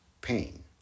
pain